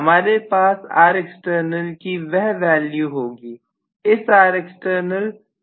हमारे पास Rext कि यह वैल्यू होगी